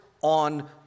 on